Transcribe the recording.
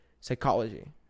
Psychology